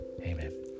Amen